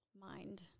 mind